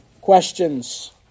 questions